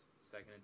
second